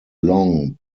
long